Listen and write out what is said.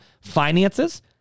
finances